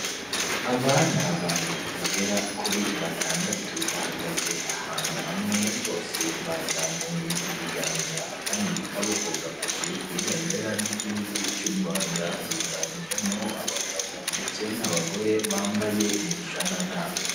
Aba ni abantu bagera kuri batandatu bahagaze ahantu hamwe bose bazamuye ibiganza akandi kaboko gafashe ku ibendera ry'igihugu cy'u Rwanda higanjemo abagabo ndetse n'abagore bambaye imishanana.